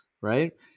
Right